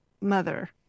mother